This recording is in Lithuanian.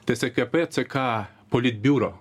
tskp ck politbiuro